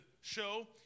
show